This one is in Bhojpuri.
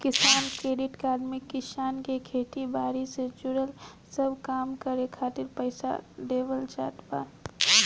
किसान क्रेडिट कार्ड में किसान के खेती बारी से जुड़ल सब काम करे खातिर पईसा देवल जात बा